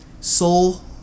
Soul